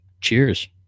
Cheers